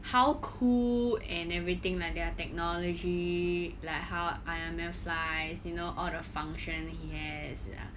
how cool and everything like their technology like how iron man flies you know all the function he has